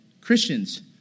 Christians